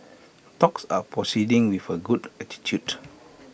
talks are proceeding with A good attitude